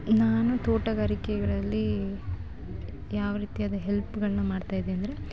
ನಾನು ತೋಟಗಾರಿಕೆಗಳಲ್ಲಿ ಯಾವ ರೀತಿಯಾದ ಹೆಲ್ಪ್ಗಳನ್ನ ಮಾಡ್ತಾಯಿದ್ದೆ ಅಂದರೆ